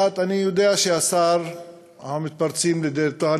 1. אני יודע שאנחנו מתפרצים לדלת פתוחה.